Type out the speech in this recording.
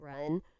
run